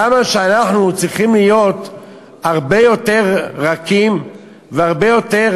למה אנחנו צריכים להיות הרבה יותר רכים והרבה יותר